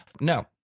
No